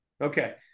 okay